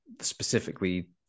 specifically